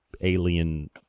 alien